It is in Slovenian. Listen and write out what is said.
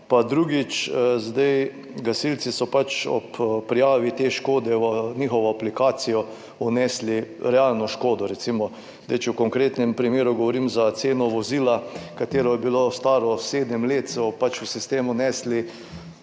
Drugič. Gasilci so ob prijavi te škode v aplikacijo vnesli realno škodo. Recimo če v konkretnem primeru govorim, za ceno vozila, ki je bilo staro sedem let, so pač v sistem vnesli,